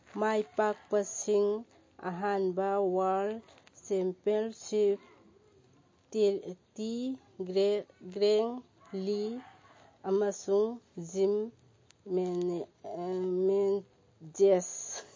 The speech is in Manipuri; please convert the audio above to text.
ꯃꯥꯏ ꯄꯥꯛꯄꯁꯤꯡ ꯑꯍꯥꯟꯕ ꯋꯥꯔꯜ ꯆꯦꯝꯄꯤꯌꯜꯁꯤꯞ ꯇꯤ ꯒ꯭ꯔꯦꯡ ꯂꯤ ꯑꯃꯁꯨꯡ ꯖꯤꯝ ꯃꯦꯟꯒꯦꯁ